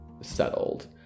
settled